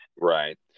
Right